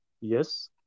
Yes